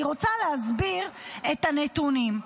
אני רוצה להסביר את הנתונים.